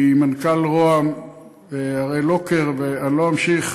ממנכ"ל ראש הממשלה הראל לוקר, ואני לא אמשיך.